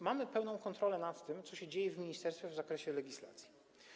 Mamy pełną kontrolę nad tym, co się dzieje w ministerstwie w zakresie legislacji.